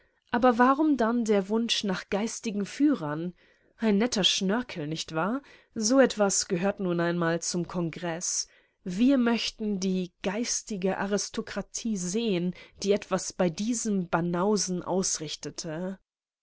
aber warum dann der wunsch nach geistigen führern ein netter schnörkel nicht wahr so etwas gehört nun einmal zum kongreß wir möchten die geistige aristokratie sehen die etwas bei diesen banausen ausrichtete